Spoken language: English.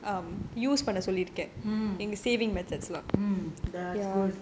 mm